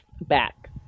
back